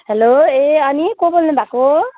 hello ए अनि को बोल्नुभएको